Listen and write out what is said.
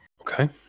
Okay